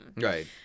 right